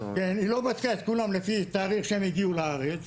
היא לא בדקה את כולם לפי תאריך שהם הגיעו לארץ,